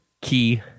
key